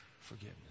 forgiveness